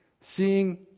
Seeing